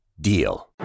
DEAL